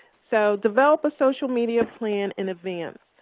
so develop a social media plan in advance.